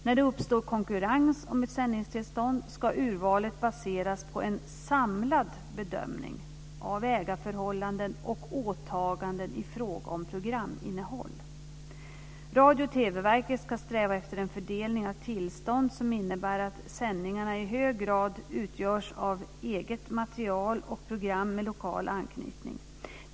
När det uppstår konkurrens om ett sändningstillstånd ska urvalet baseras på en samlad bedömning av ägarförhållanden och åtaganden i fråga om programinnehåll. Radio och TV-verket ska sträva efter en fördelning av tillstånd som innebär att sändningarna i hög grad utgörs av eget material och program med lokal anknytning.